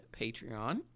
Patreon